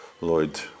Lloyd